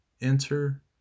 enter